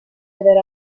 aver